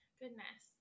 goodness